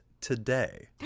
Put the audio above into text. today